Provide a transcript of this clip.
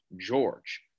George